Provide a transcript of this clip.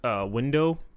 window